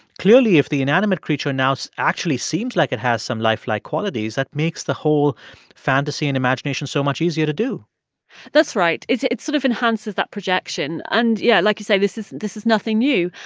clearly, if the inanimate creature now so actually seems like it has some lifelike qualities, that makes the whole fantasy and imagination so much easier to do that's right. it sort of enhances that projection. and, yeah, like you say, this is this is nothing new.